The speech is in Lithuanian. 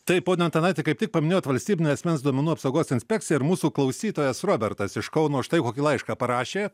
taip pone antanaiti kaip tik paminėjot valstybinę asmens duomenų apsaugos inspekciją ir mūsų klausytojas robertas iš kauno štai kokį laišką parašė